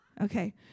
Okay